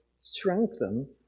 strengthen